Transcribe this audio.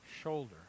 Shoulder